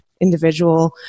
individual